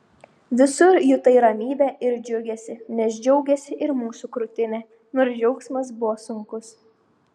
visur jutai ramybę ir džiugesį nes džiaugėsi ir mūsų krūtinė nors džiaugsmas buvo sunkus